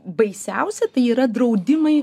baisiausia tai yra draudimai